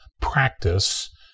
practice